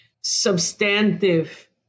substantive